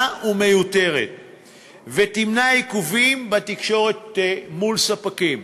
ומיותרת ותמנע עיכובים בתקשורת מול ספקים.